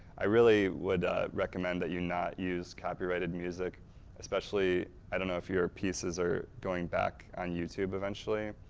i really would recommend that you not use copyrighted music especially, i don't know f your pieces are going back on youtube eventually.